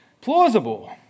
plausible